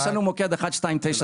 יש לנו מוקד 1299,